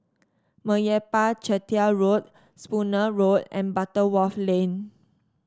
Meyappa Chettiar Road Spooner Road and Butterworth Lane